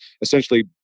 essentially